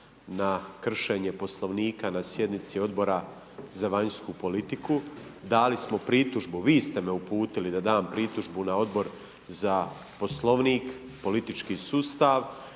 na kršenje Poslovnika na sjednici Odbora za vanjsku politiku, dali smo pritužbu, vi ste me uputili da dam pritužbu na Odbor za Poslovnik, politički sustav,